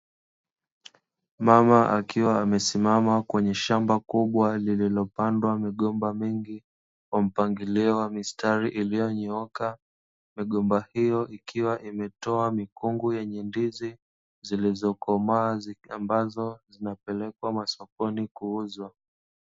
Mama akiwa amesimama kwenye shamba kubwa lililopandwa migomba mingi kwa mpangilio wa mistari iliyonyooka. Migomba hiyo ikiwa imetoa mikungu yenye ndizi zilizokomaa ambazo zinapelekwa masokoni kuuzwa.